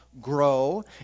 grow